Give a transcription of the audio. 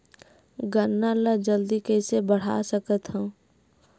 गन्ना ल जल्दी कइसे बढ़ा सकत हव?